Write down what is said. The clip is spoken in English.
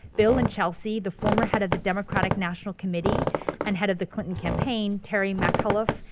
bill and chelsea, the former head of the democratic national committee and head of the clinton campaign, terry mcauliffe,